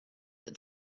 that